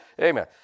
Amen